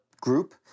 group